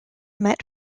met